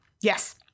Yes